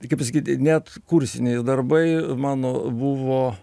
tai kaip pasakyt net kursiniai darbai mano buvo